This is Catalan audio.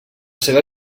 seva